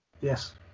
Yes